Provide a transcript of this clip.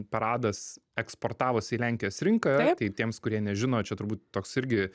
paradas eksportavus į lenkijos rinką tai tiems kurie nežino čia turbūt toks irgi